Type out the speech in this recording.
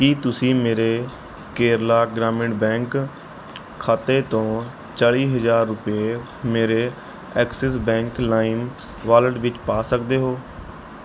ਕੀ ਤੁਸੀਂ ਮੇਰੇ ਕੇਰਲਾ ਗ੍ਰਾਮੀਣ ਬੈਂਕ ਖਾਤੇ ਤੋਂ ਚਾਲੀ ਹਜ਼ਾਰ ਰੁਪਏ ਮੇਰੇ ਐਕਸਿਸ ਬੈਂਕ ਲਾਈਮ ਵਾਲਟ ਵਿੱਚ ਪਾ ਸਕਦੇ ਹੋ